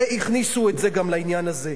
והכניסו את זה גם לעניין הזה.